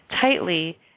tightly